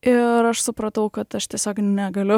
ir aš supratau kad aš tiesiog negaliu